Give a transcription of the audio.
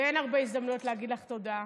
ואין הרבה הזדמנויות להגיד לך תודה.